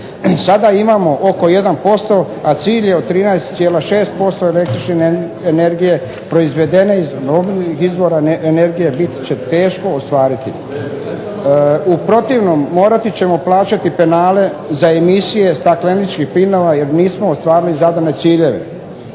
Sada imamo oko 1%, a cilj je od 13,6% električne energije proizvedene iz obnovljivih izvora energije biti će teško ostvariti. U protivnom morati ćemo plaćati penale za emisije stakleničkih plinova jer nismo ostvarili zadane ciljeve.